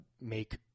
make